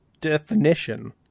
definition